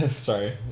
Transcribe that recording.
sorry